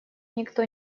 никто